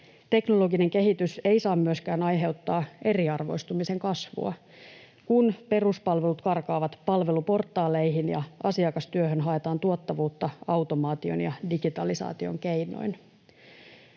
Teknologinen kehitys ei saa myöskään aiheuttaa eriarvoistumisen kasvua, kun peruspalvelut karkaavat palveluportaaleihin ja asiakastyöhön haetaan tuottavuutta automaation ja digitalisaation keinoin.